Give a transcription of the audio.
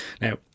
Now